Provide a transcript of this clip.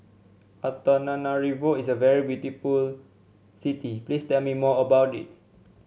Antananarivo is a very beautiful city please tell me more about it